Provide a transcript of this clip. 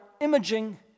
imaging